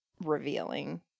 revealing